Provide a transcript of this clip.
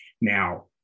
Now